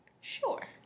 Sure